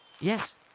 Yes